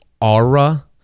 aura